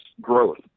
growth